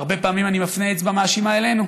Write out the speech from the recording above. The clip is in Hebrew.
הרבה פעמים אני מפנה אצבע מאשימה אלינו,